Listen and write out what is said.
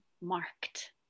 marked